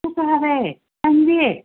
ꯆꯥꯛ ꯆꯥꯔꯦ ꯅꯪꯗꯤ